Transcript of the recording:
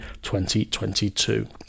2022